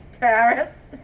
Paris